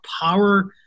power